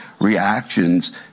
reactions